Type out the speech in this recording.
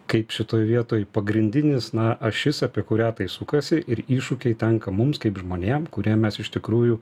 kaip šitoj vietoj pagrindinis na ašis apie kurią tai sukasi ir iššūkiai tenka mums kaip žmonėm kuriem mes iš tikrųjų